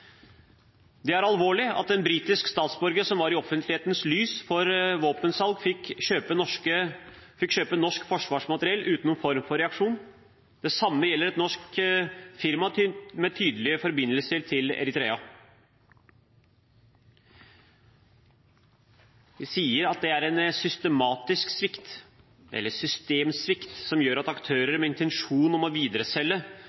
Det er alvorlig at en britisk statsborger, som var i offentlighetens lys for våpensalg, fikk kjøpe norsk forsvarsmateriell uten noen form for reaksjon. Det samme gjelder et norsk firma med tydelige forbindelser til Eritrea. Det viser at det er en systematisk svikt som gjør at